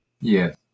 Yes